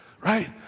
right